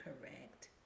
correct